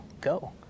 go